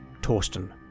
Torsten